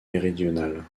méridionale